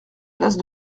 place